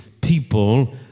people